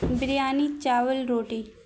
بریانی چاول روٹی